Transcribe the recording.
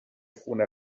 خونه